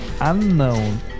unknown